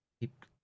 Keep